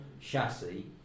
chassis